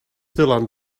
dylan